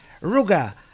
Ruga